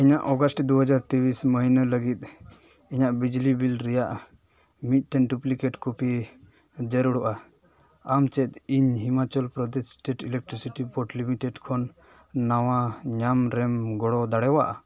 ᱤᱧᱟᱹᱜ ᱚᱜᱟᱥᱴ ᱫᱩ ᱦᱟᱡᱟᱨ ᱛᱤᱨᱤᱥ ᱢᱟᱹᱦᱱᱟᱹ ᱞᱟᱹᱜᱤᱫ ᱤᱧᱟᱹᱜ ᱵᱤᱡᱽᱞᱤ ᱵᱤᱞ ᱨᱮᱭᱟᱜ ᱢᱤᱫᱴᱮᱱ ᱰᱩᱵᱽᱞᱤᱠᱮᱴ ᱠᱚᱯᱤ ᱡᱟᱹᱨᱩᱲᱚᱜᱼᱟ ᱟᱢ ᱪᱮᱫ ᱤᱧ Himachal Pradesh state electricity board limited ᱠᱷᱚᱱ ᱱᱟᱣᱟ ᱧᱟᱢ ᱨᱮᱢ ᱜᱚᱲᱚ ᱫᱟᱲᱮᱭᱟᱜᱼᱟ